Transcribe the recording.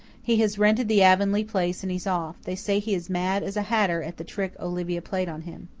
he has rented the avonlea place and he's off. they say he is mad as a hatter at the trick olivia played on him.